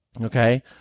okay